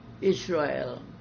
Israel